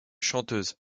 chanteuse